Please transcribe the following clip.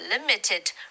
limited